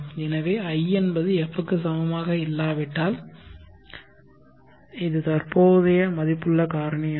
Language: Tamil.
எனவே i என்பது f க்கு சமமாக இல்லாவிட்டால் இது தற்போதைய மதிப்புள்ள காரணியாகும்